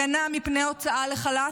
הגנה מפני הוצאה לחל"ת,